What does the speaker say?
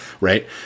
right